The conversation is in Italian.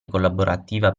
collaborativa